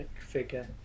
figure